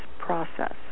process